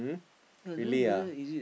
hmm really ah